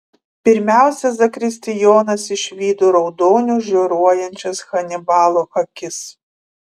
pirmiausia zakristijonas išvydo raudoniu žioruojančias hanibalo akis